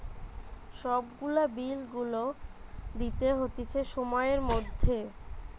সব গুলা বিল গুলা দিতে হতিছে সময়ের মধ্যে